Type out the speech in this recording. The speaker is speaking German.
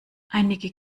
einige